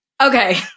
Okay